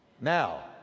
Now